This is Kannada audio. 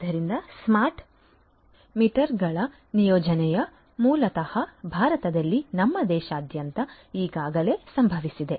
ಆದ್ದರಿಂದ ಸ್ಮಾರ್ಟ್ ಮೀಟರ್ಗಳ ನಿಯೋಜನೆಯು ಮೂಲತಃ ಭಾರತದಲ್ಲಿ ನಮ್ಮ ದೇಶದಾದ್ಯಂತ ಈಗಾಗಲೇ ಸಂಭವಿಸಿದೆ